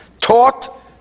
taught